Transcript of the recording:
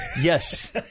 Yes